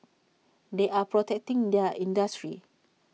they are protecting their industry